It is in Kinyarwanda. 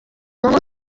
nkuru